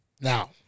Now